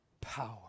power